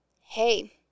Hey